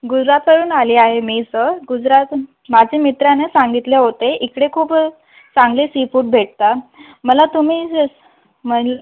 गुजरातवरुन आली आहे मी सर गुजरात माझे मित्राने सांगितलं होते इकडे खूप चांगले सीफूड भेटता मला तुम्ही मणी